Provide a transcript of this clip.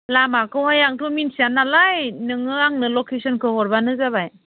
लामाखौहाय आंथ' मिथिया नालाय नोङो आंनो लकेसनखौ हरबानो जाबाय